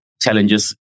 challenges